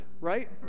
right